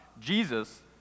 Jesus